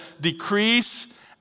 decrease